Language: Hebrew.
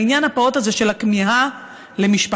לעניין הפעוט הזה של הכמיהה למשפחה,